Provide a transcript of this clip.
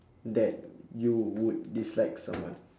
that you would dislike someone